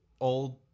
Old